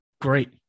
great